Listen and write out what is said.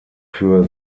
für